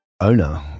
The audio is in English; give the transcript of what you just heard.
owner